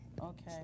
Okay